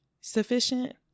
sufficient